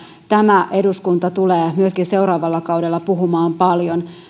tämä eduskunta tulee myöskin seuraavalla kaudella puhumaan paljon